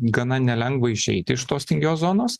gana nelengva išeiti iš tos tingios zonos